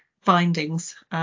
findings